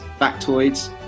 factoids